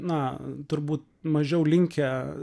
na turbūt mažiau linkę